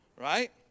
right